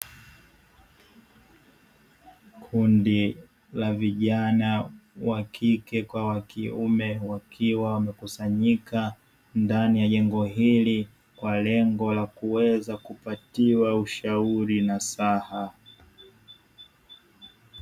Kundi la vijana wakike kwa wakiume, wakiwa wamekusanyika ndani ya jengo hili kwa lengo la kuweza kupatiwa ushauri nasaha.